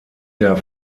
der